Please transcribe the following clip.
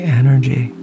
energy